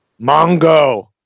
Mongo